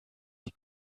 die